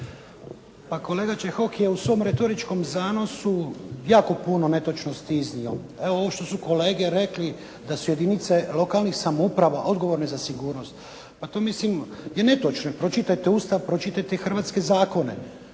Pa kolega Čehok je u svom retoričkom zanosu jako puno netočnosti iznio. Evo ovo što su kolege rekli da su jedinice lokalnih samouprava odgovorne za sigurnost. Pa to mislim je netočno. Pročitajte Ustav, pročitajte hrvatske zakone.